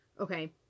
Okay